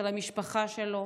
של המשפחה שלו.